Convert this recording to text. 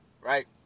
right